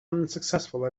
unsuccessful